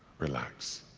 relax.